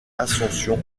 ascension